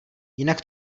jinak